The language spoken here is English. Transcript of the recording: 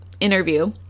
interview